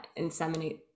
inseminate